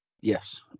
Yes